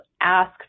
ask